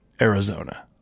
Arizona